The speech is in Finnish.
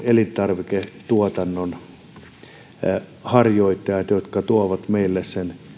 elintarviketuotannon harjoittajien kannalta jotka tuovat meille sen